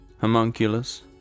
homunculus